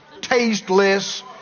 tasteless